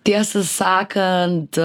tiesą sakant